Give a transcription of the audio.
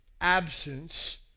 absence